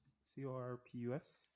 C-O-R-P-U-S